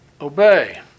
obey